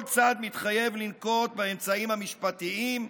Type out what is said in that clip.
כל צד מתחייב לנקוט את האמצעים המשפטיים,